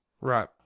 Right